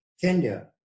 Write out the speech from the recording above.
Kenya